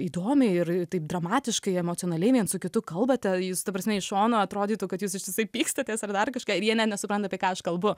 įdomiai ir taip dramatiškai emocionaliai viens su kitu kalbate jūs ta prasme iš šono atrodytų kad jūs ištisai pykstatės ar dar kažką ir jie net nesupranta apie ką aš kalbu